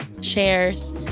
shares